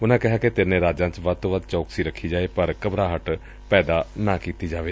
ਉਨੂਾ ਕਿਹਾ ਕਿ ਤਿੰਨੇ ਰਾਜਾਂ ਚ ਵੱਧ ਤੋਂ ਵੱਧ ਚੌਕਸੀ ਰੱਖੀ ਜਾਏ ਪਰ ਘਟਰਾਹਟ ਪੈਦਾ ਨਾ ਹੋਵੇ